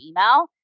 email